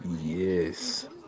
Yes